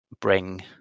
bring